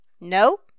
No